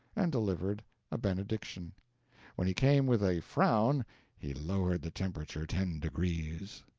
and delivered a benediction when he came with a frown he lowered the temperature ten degrees.